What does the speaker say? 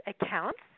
accounts